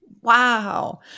Wow